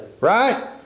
Right